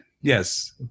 Yes